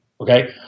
okay